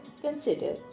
consider